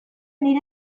nire